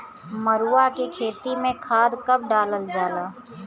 मरुआ के खेती में खाद कब डालल जाला?